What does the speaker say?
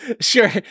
Sure